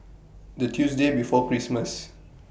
The Tuesday before Christmas